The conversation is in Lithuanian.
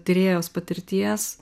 tyrėjos patirties